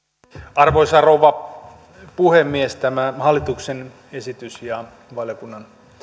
arvoisa rouva puhemies tämä hallituksen esitys ja valiokunnan